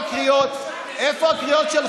איפה הקריאות שלך,